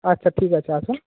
আচ্ছা ঠিক আছে আসুন